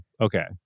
Okay